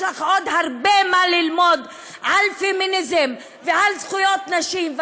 יש לך עוד הרבה מה ללמוד על פמיניזם ועל זכויות נשים.